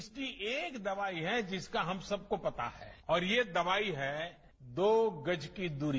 इसकी एक दवाई है जिसका हम सबको पता है और ये दवाई है दो गज की दूरी